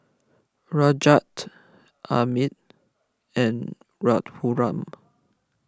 Rajat Amit and Raghuram